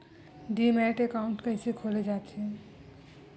Demat account कइसे खोले जाथे?